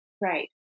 Right